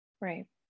Right